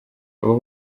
abo